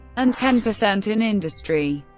and ten percent in industry.